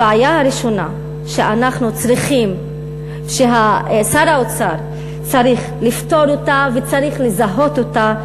הבעיה הראשונה ששר האוצר צריך לפתור אותה וצריך לזהות אותה,